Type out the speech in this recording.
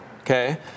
okay